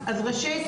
אז ראשית,